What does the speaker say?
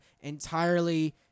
entirely